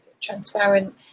transparent